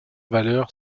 valeur